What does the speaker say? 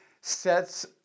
sets